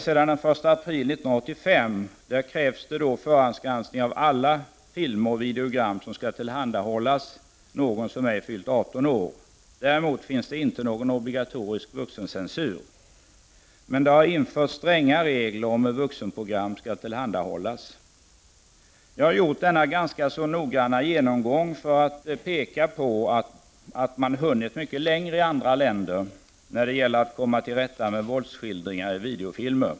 Sedan den 1 april 1985 krävs det förhandsgranskning av alla filmer och videogram som skall tillhandahållas någon som ej fyllt 18 år. Däremot finns det inte någon obligatorisk vuxencensur. Men det har införts stränga regler om hur vuxenprogram skall tillhandahållas. 141 Jag har gjort denna ganska noggranna genomgång för att peka på att man hunnit mycket längre i andra länder när det gäller att komma till rätta med våldsskildringar i videofilmer.